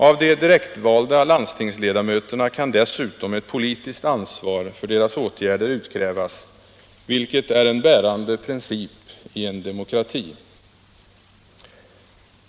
Av de direktvalda landstingsledamöterna kan dessutom ett politiskt ansvar för deras åtgärder utkrävas, vilket är en bärande princip i en demokrati.